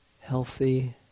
healthy